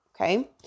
okay